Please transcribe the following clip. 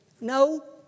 No